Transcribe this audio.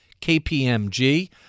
KPMG